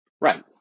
Right